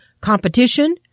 competition